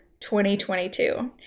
2022